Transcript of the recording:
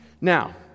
Now